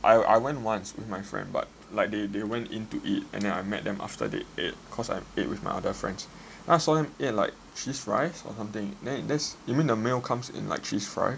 I went once with my friend but like they they went in to eat and then I met them after they ate cause I ate with my other friends and then I saw them ate something like cheese fries then there's even the meal comes in like cheese fries